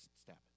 step